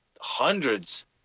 hundreds